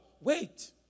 Wait